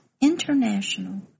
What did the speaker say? International